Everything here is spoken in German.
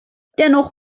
dennoch